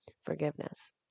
forgiveness